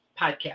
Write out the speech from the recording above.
podcast